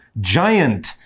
giant